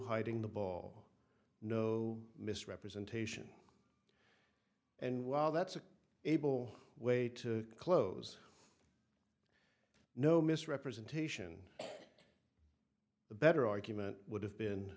hiding the ball no misrepresentation and while that's an able way to close no misrepresentation the better argument would have been